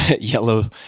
yellow